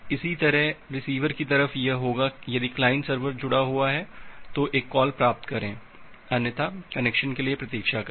इसी तरह रिसीवर की तरफ से यह होगा यदि क्लाइंट सर्वर जुड़ा हुआ है तो एक कॉल प्राप्त करें अन्यथा कनेक्शन के लिए प्रतीक्षा करें